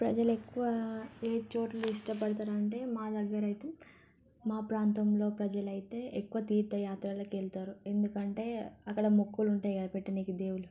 ప్రజలు ఎక్కువ ఏ చోటులు ఇష్టపడతారు అంటే మా దగ్గర అయితే మా ప్రాంతంలో ప్రజలు అయితే ఎక్కువ తీర్ధయాత్రలకి వెళతారు ఎందుకంటే అక్కడ మొక్కులు ఉంటాయి కదా పెట్టడానికి దేవుళ్ళు